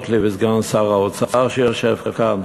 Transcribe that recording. וסגן שר האוצר, שיושב כאן,